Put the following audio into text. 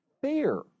Fear